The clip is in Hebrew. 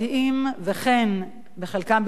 וכן בחלקם ביטחוניים,